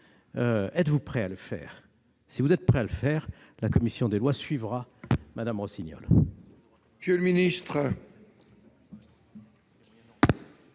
Êtes-vous prêt à le faire ? Si tel est le cas, la commission des lois suivra Mme Rossignol.